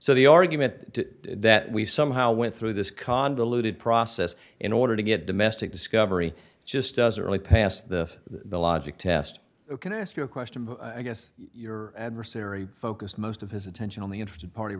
so the argument that we somehow went through this convoluted process in order to get domestic discovery just doesn't really pass the the logic test can i ask you a question i guess your adversary focused most of his attention on the interested party